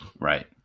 Right